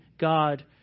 god